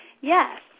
Yes